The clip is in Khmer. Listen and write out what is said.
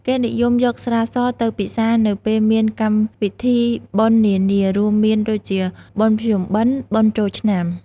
គេនិយមយកស្រាសទៅពិសានៅពេលមាន កម្មវិធីបុណ្យ នានា រួមមានដូចជាបុណ្យភ្ជុំបិណ្ឌ បុណ្យចូលឆ្នាំ។